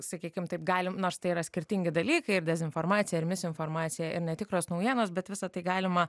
sakykim taip galim nors tai yra skirtingi dalykai ir dezinformacija ir misinformacija ir netikros naujienos bet visa tai galima